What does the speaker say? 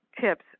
tips